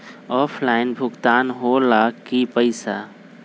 Offline भुगतान हो ला कि पईसा?